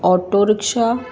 auto rickshaw